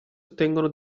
ottengono